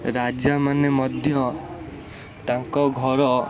ରାଜାମାନେ ମଧ୍ୟ ତାଙ୍କ ଘର